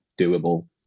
doable